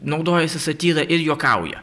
naudojasi satyra ir juokauja